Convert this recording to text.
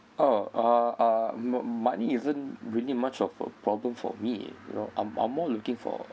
orh uh uh money isn't really much of a problem for me you know I'm I'm more looking for